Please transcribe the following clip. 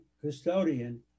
custodian